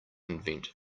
invent